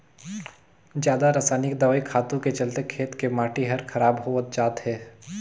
जादा रसायनिक दवई खातू के चलते खेत के माटी हर खराब होवत जात हे